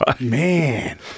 Man